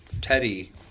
Teddy